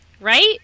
Right